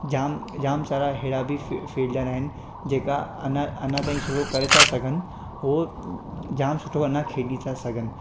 जाम जाम सारा अहिड़ा बि फि फिल्डर आहिनि जेका अञा अञा ताईं शुरू करे था सघनि उहे जाम सुठो अञा खेॾी था सघनि